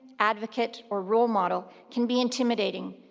advocate, or role model can be intimidating,